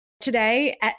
today